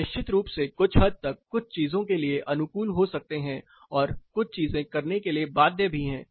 हम निश्चित रूप से कुछ हद तक कुछ चीजों के लिए अनुकूल हो सकते हैं और कुछ चीजें करने के लिए बाध्य भी हैं